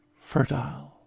fertile